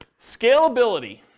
Scalability